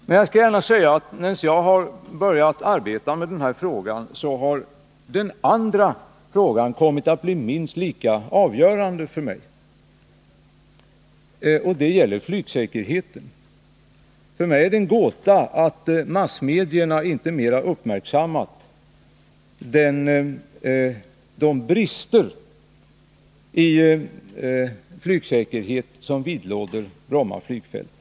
Men jag skall gärna säga att sedan jag börjat arbeta med den här frågan är det en annan faktor som kommit att bli avgörande för mitt ställningstagande, och det gäller flygsäkerheten. För mig är det en gåta att massmedierna inte mera har uppmärksammat de brister i flygsäkerhet som vidlåder Bromma flygfält.